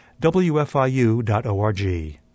wfiu.org